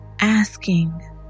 asking